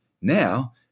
now